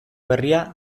berria